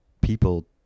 people